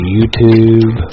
YouTube